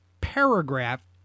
paragraph